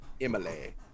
Emily